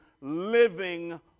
living